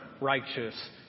righteous